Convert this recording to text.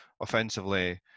offensively